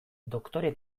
doktore